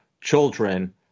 children